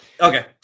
Okay